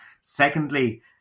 Secondly